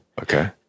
Okay